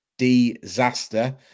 Disaster